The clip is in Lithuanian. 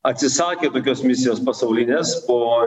atsisakė tokios misijos pasaulinės po